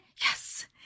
Yes